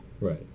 Right